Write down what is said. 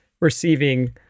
receiving